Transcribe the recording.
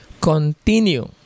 Continue